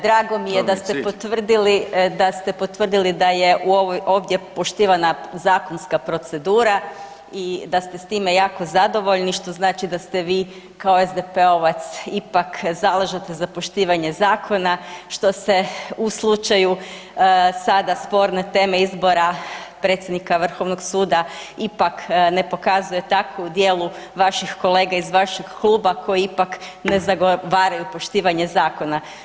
Drago mi je da ste potvrdili da je ovdje poštivana zakonska procedura i da ste s time jako zadovoljni što znači da ste vi kao SDP-ovac ipak zalažete za poštivanje zakona, što se u slučaju sada sporne teme izbora predsjednika Vrhovnog suda ipak ne pokazuje tako u djelu vaših kolega iz vašeg kluba koji ipak ne zagovaraju poštivanje zakona.